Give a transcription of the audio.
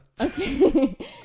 okay